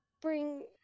bring